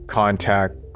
contact